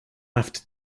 after